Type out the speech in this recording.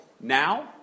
now